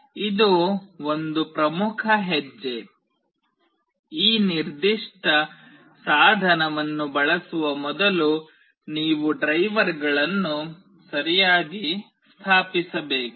ಇದು ಒಂದು ಪ್ರಮುಖ ಹೆಜ್ಜೆ ಈ ನಿರ್ದಿಷ್ಟ ಸಾಧನವನ್ನು ಬಳಸುವ ಮೊದಲು ನೀವು ಡ್ರೈವರ್ಗಳನ್ನು ಸರಿಯಾಗಿ ಸ್ಥಾಪಿಸಬೇಕು